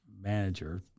manager